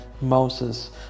Moses